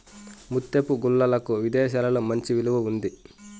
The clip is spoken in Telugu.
ముత్యపు గుల్లలకు విదేశాలలో మంచి విలువ ఉంది